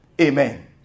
Amen